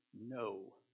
no